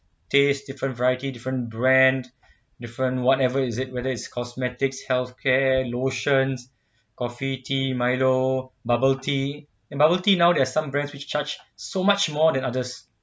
taste different variety different brand different whatever is it whether it's cosmetics health care lotions coffee tea milo bubble tea and bubble tea now there are some brands which charge so much more than others